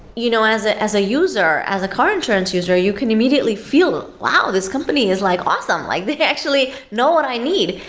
you know as ah as a user, as a car insurance user, you can immediately feel, wow! this company is like awesome. like they actually know what i need.